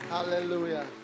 Hallelujah